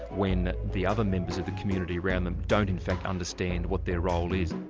when the other members of the community around them don't in fact understand what their role is.